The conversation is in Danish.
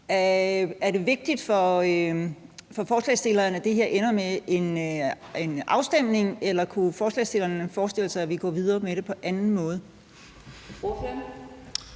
Er det vigtigt for forslagsstillerne, at det her ender med en afstemning, eller kunne forslagsstillerne forestille sig, at vi kunne gå videre med det på anden måde?